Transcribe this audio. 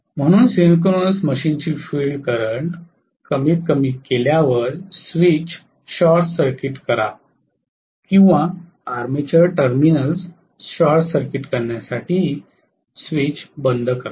म्हणून सिंक्रोनस मशीनची field current कमीतकमी कमी केल्यावर स्विच शॉर्ट सर्किट करा किंवा आर्मेचर टर्मिनल्स शॉर्ट सर्किट करण्यासाठी स्विच बंद करा